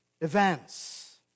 events